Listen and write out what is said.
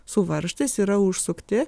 su varžtais yra užsukti